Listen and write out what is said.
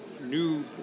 new